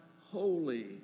holy